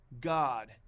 God